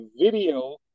video